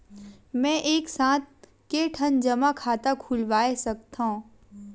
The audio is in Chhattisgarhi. मैं एक साथ के ठन जमा खाता खुलवाय सकथव?